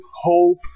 hope